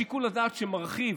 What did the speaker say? שיקול הדעת שמרחיב,